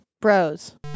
Bros